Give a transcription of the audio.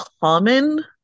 common